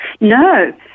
No